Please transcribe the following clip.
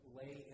lay